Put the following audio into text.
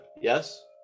Yes